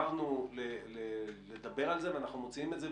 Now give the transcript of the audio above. גמרנו לדבר על זה ואנחנו מוציאים את זה,